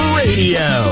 radio